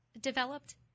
developed